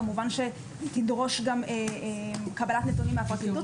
כמובן שנדרוש גם קבלת נתונים מהפרקליטות